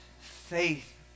faith